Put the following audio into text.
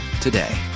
today